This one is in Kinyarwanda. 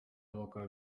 abakora